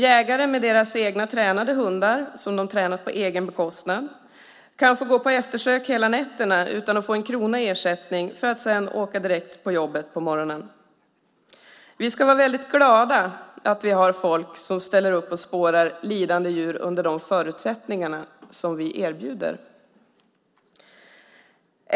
Jägare med egna tränade hundar - tränade på deras egen bekostnad - kan få gå på eftersök hela nätterna utan att få en krona i ersättning, för att sedan åka direkt till jobbet på morgonen. Vi ska vara glada att vi har folk som ställer upp och spårar lidande djur under de förutsättningar vi erbjuder.